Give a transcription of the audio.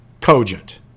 cogent